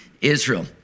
Israel